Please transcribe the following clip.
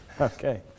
Okay